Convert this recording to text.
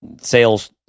sales